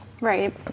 right